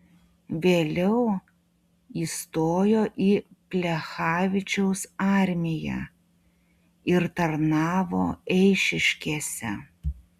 vėliau įstojo į plechavičiaus armiją ir tarnavo eišiškėse